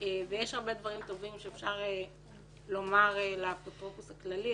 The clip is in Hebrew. ויש הרבה דברים טובים שאפשר לומר לאפוטרופוס הכללי,